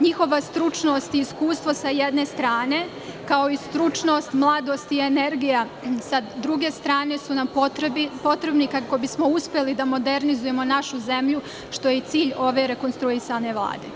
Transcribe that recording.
Njihova stručnost i iskustvo sa jedne strane, kao i stručnost, mladost i energija sa druge strane su nam potrebni kako bi smo uspeli da modernizujemo našu zemlju, što je i cilj ove rekonstruisane Vlade.